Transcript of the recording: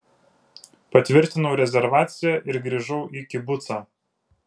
patvirtinau rezervaciją ir grįžau į kibucą